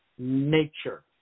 Nature